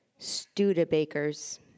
Studebakers